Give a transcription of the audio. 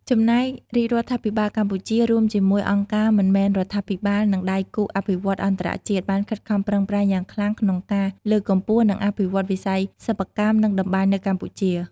ចំណែករាជរដ្ឋាភិបាលកម្ពុជា រួមជាមួយអង្គការមិនមែនរដ្ឋាភិបាល និងដៃគូអភិវឌ្ឍន៍អន្តរជាតិ បានខិតខំប្រឹងប្រែងយ៉ាងខ្លាំងក្នុងការ លើកកម្ពស់ និងអភិវឌ្ឍន៍វិស័យសិប្បកម្ម និងតម្បាញនៅកម្ពុជា។